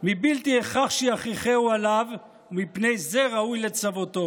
מבלתי הכרח שיכריחהו עליו, ומפני זה ראוי לצוותו".